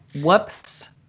whoops